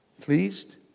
pleased